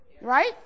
right